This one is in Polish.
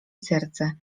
serce